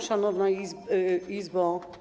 Szanowna Izbo!